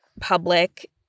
public